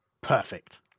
Perfect